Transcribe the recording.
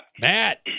Matt